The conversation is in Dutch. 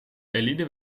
eline